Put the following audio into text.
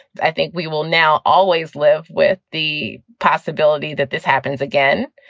i think we will now always live with the possibility that this happens again.